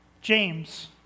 James